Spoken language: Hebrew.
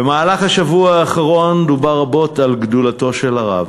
במהלך השבוע האחרון דובר רבות על גדולתו של הרב,